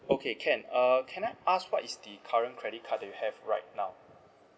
okay can uh can I ask what is the current credit card that you have right now